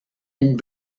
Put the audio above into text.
and